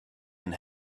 and